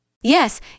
Yes